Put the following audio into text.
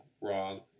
wrong